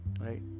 Right